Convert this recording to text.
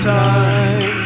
time